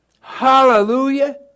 Hallelujah